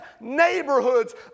neighborhoods